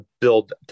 build